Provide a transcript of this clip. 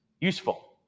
useful